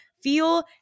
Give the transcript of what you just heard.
feel